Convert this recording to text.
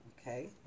Okay